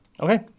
Okay